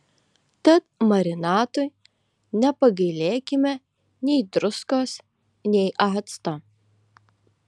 tad marinatui nepagailėkime nei druskos nei acto